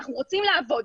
אנחנו רוצים לעבוד.